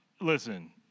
listen